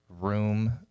room